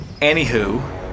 Anywho